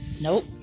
Nope